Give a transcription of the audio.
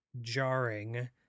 jarring